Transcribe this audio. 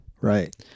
Right